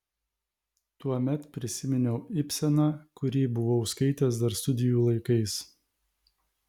tuomet prisiminiau ibseną kurį buvau skaitęs dar studijų laikais